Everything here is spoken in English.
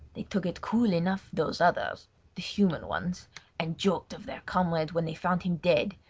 they took it cool enough those other the human ones and joked of their comrade when they found him dead,